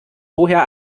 vorher